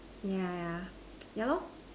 yeah yeah yeah loh